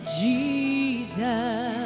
Jesus